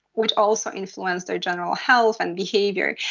which also influence their general health and behaviour.